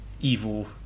evil